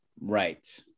right